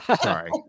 Sorry